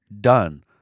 done